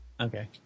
Okay